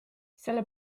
selle